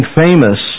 famous